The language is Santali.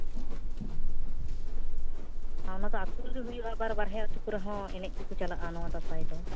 ᱚᱱᱟ ᱫᱚ ᱟᱹᱛᱩ ᱨᱮᱜᱮ ᱦᱩᱭᱩᱜᱼᱟ ᱟᱵᱟᱨ ᱵᱟᱨᱦᱮ ᱟᱹᱛᱩ ᱠᱚᱨᱮ ᱦᱚᱸ ᱮᱱᱮᱡ ᱠᱚᱠᱚ ᱪᱟᱞᱟᱜᱼᱟ ᱱᱚᱣᱟ ᱫᱟᱸᱥᱟᱭ ᱫᱚ